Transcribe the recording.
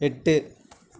எட்டு